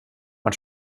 man